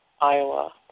Iowa